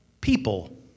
people